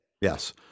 Yes